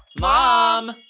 Mom